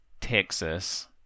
Texas